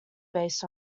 based